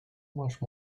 much